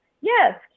Yes